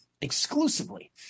exclusively